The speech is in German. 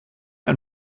ein